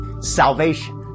salvation